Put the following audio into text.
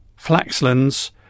Flaxlands